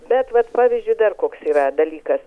bet vat pavyzdžiui dar koks yra dalykas